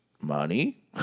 money